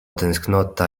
tęsknota